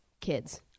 kids